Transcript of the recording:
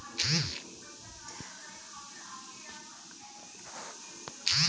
IMPS, NEFT, RTGS क service चौबीस घंटा होला